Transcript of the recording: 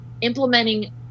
implementing